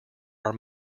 are